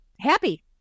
Happy